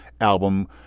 album